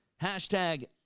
Hashtag